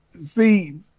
see